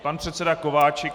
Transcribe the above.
Pan předseda Kováčik.